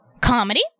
comedy